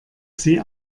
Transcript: sie